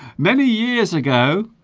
many years ago